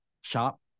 shop